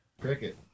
Cricket